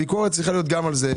הביקורת צריכה להיות גם על זה.